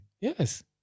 Yes